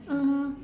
mmhmm